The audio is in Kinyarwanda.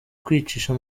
kwicisha